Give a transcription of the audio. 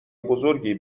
بزرگی